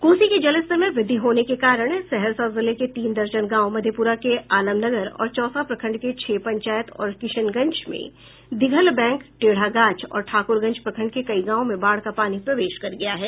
कोसी के जलस्तर में व्रद्धि होने के कारण सहरसा जिले के तीन दर्जन गांव मधेप्रा के आलमनगर और चौसा प्रखंड के छह पंचायत और किशनगंज में दिघल बैंक टेढ़ागाछ और ठाकुरगंज प्रखंड के कई गांवों में बाढ़ का पानी प्रवेश कर गया है